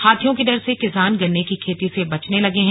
हाथियों के डर से किसान गन्ने की खेती से बचने लगे हैं